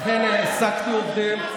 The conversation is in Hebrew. אכן, העסקתי עובדים.